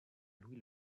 louis